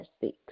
six